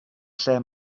lle